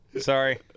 sorry